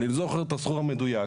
אני לא זוכר את הסכום המדויק,